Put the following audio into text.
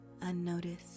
unnoticed